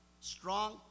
strong